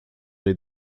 les